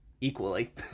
equally